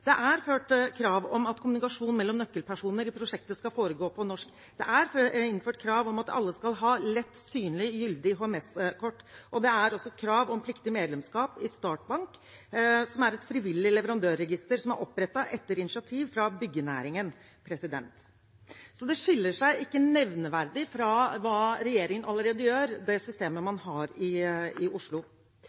Det er innført krav om at kommunikasjon mellom nøkkelpersoner i prosjektet skal foregå på norsk. Det er innført krav om at alle skal ha lett synlig gyldig HMS-kort, og det er også krav om pliktig medlemskap i Startbank, som er et frivillig leverandørregister, som er opprettet etter initiativ fra byggenæringen. – Så det systemet man har i Oslo, skiller seg ikke nevneverdig fra hva regjeringen allerede gjør. Denne regjeringen har